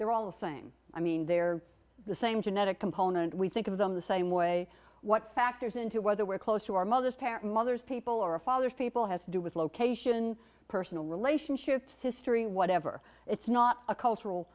they're all the same i mean they're the same genetic component we think of them the same way what factors into whether we're close to our mothers parent mothers people or fathers people has to do with location personal relationships history whatever it's not a cultural